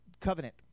covenant